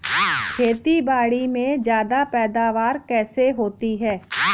खेतीबाड़ी में ज्यादा पैदावार कैसे होती है?